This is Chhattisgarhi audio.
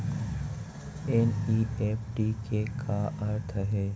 एन.ई.एफ.टी के का अर्थ है?